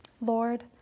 lord